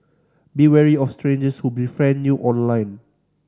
be wary of strangers who befriend you online